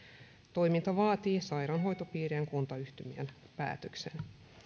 toiminta vaatii sairaanhoitopiirien kuntayhtymien päätöksen